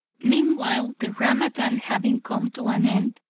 meanwhile the ramadan having come to an end,